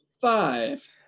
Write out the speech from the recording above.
five